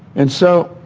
and so,